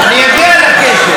אני אגיע לקשר.